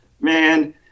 man